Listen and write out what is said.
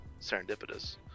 serendipitous